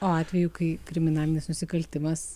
o atvejų kai kriminalinis nusikaltimas